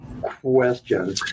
question